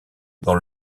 dans